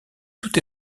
tout